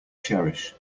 cherish